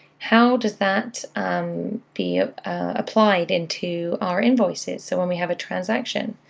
how does that be applied into our invoices, so when we have a transaction?